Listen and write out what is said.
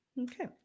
Okay